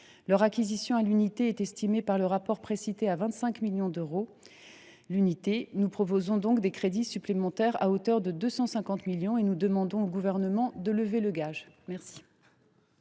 Leur acquisition à l’unité est estimée par le rapport précité à 25 millions d’euros l’unité. Nous proposons donc des crédits supplémentaires à hauteur de 250 millions d’euros et nous demandons au Gouvernement de lever le gage.